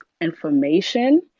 information